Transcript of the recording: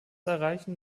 erreichen